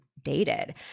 dated